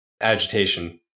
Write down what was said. agitation